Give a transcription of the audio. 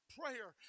prayer